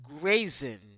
Grazing